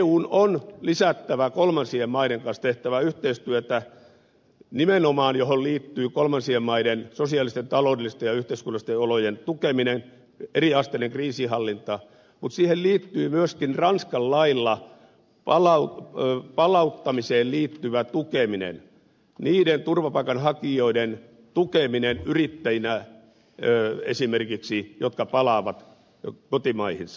eun on lisättävä kolmansien maiden kanssa tehtävää yhteistyötä nimenomaan mitä tulee niiden sosiaalisten taloudellisten ja yhteiskunnallisten olojen tukemiseen eriasteiseen kriisinhallintaan mutta siihen liittyy myöskin ranskan lailla palauttamiseen liittyvä tukeminen esimerkiksi niiden turvapaikanhakijoiden tukeminen yrittäjinä jotka palaavat kotimaihinsa